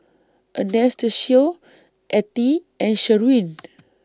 Anastacio Ettie and Sherwin